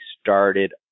started